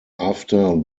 after